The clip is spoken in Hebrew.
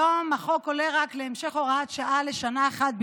היום החוק עולה רק להמשך הוראת שעה לשנה אחת בלבד.